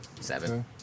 Seven